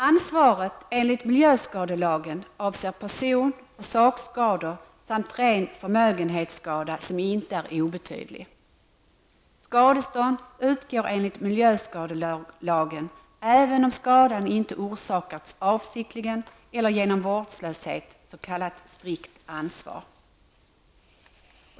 Ansvaret enligt miljöskadelagen avser person och sakskador samt ren förmögenhetsskada som inte är obetydlig. Skadestånd utgår enligt miljöskadelagen även om skadan inte orsakats avsiktligen eller genom vårdslöshet, s.k. strikt ansvar.